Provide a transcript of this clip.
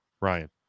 Ryan